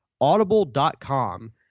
Audible.com